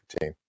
team